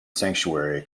sanctuary